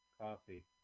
coffee